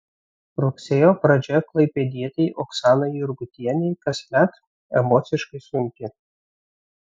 rugsėjo pradžia klaipėdietei oksanai jurgutienei kasmet emociškai sunki